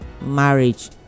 marriage